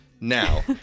Now